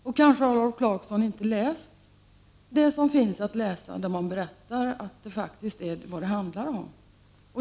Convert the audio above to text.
Rolf Clarkson har kanske inte läst det som finns att läsa och som beskriver vad det handlar om.